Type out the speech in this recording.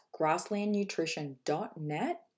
grasslandnutrition.net